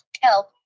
help